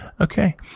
Okay